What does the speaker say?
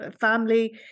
family